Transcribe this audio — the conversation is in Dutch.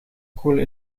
koelen